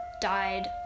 died